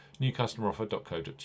Newcustomeroffer.co.uk